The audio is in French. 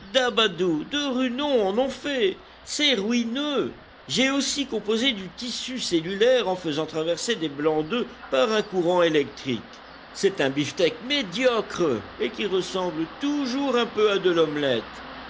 ru en ont fait c'est ruineux j'ai aussi composé du tissu cellulaire en faisant traverser des blancs d'œuf par un courant électrique c'est un bifteck médiocre et qui ressemble toujours un peu à de l'omelette